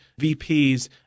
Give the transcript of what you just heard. VPs